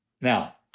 Now